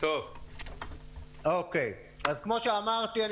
כמו שאמרתי,